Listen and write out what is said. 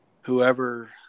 whoever